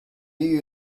you